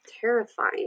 terrifying